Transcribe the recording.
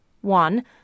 one